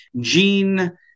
Gene